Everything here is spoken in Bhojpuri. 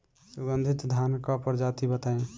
सुगन्धित धान क प्रजाति बताई?